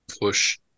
push